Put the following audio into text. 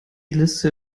liste